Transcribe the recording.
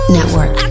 Network